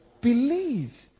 Believe